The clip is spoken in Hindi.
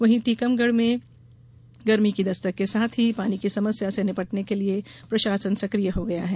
वहीं टीकमगढ़ में गर्मी की दस्तक के साथ ही पानी की समस्या से निपटने के लिये प्रशासन सक्रिय हो गया है